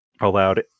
allowed